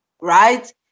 right